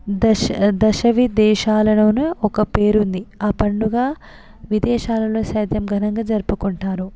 దశ దశవిదేశాలలోను ఒక పేరు ఉంది ఆ పండుగ విదేశాలలో సైతం ఘనంగా జరుపుకుంటారు